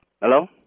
Hello